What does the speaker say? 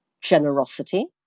generosity